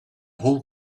whole